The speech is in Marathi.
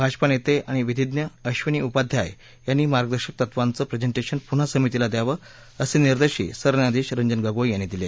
भाजपा नेते आणि विधीज्ञ अश्विनी उपाध्याय यांनी मार्गदर्शक तत्वाचं प्रेझेंटेशन पुन्हा समितीला द्यावं असे निर्देशही सरन्यायाधीश रंजन गोगोई यांनी दिले